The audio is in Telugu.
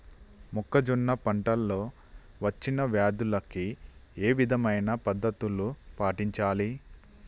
మొక్కజొన్న పంట లో వచ్చిన వ్యాధులకి ఏ విధమైన పద్ధతులు పాటించాలి?